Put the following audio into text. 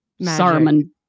Saruman